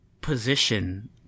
position